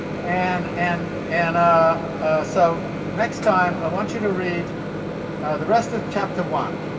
and and and ah so next time i want you to read the rest of chapter one,